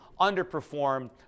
underperformed